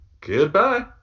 Goodbye